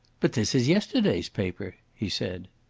but this is yesterday's paper! he said.